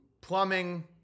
plumbing